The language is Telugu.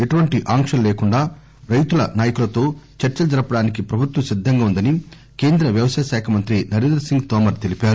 ఎటువంటి ఆంక్షలు లేకుండా రైతుల నాయకులతో చర్చలు జరపడానికి ప్రభుత్వం సిద్దంగా ఉందని కేంద్ర వ్యవసాయశాఖ మంత్రి నరేంద్రసింగ్ తోమర్ తెలిపారు